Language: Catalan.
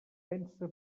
pense